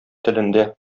телендә